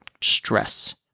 stress